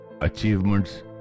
achievements